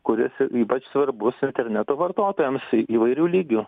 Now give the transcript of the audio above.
kuris ypač svarbus interneto vartotojams įvairių lygių